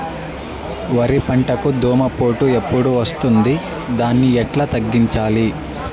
వరి పంటకు దోమపోటు ఎప్పుడు వస్తుంది దాన్ని ఎట్లా తగ్గించాలి?